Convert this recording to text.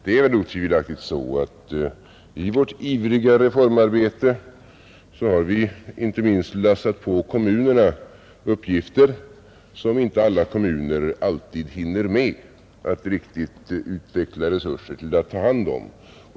Det är otvivelaktigt så att i vårt ivriga reformarbete har vi inte minst lassat på kommunerna uppgifter som inte alla kommuner alltid hinner med att riktigt utveckla resurser till att ta hand om.